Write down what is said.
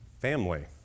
family